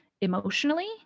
emotionally